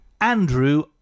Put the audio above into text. Andrew